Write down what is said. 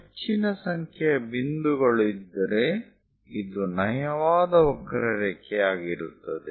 ಹೆಚ್ಚಿನ ಸಂಖ್ಯೆಯ ಬಿಂದುಗಳು ಇದ್ದರೆ ಇದು ನಯವಾದ ವಕ್ರರೇಖೆಯಾಗಿರುತ್ತದೆ